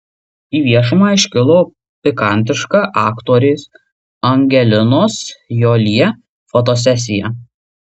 į viešumą iškilo pikantiška aktorės angelinos jolie fotosesija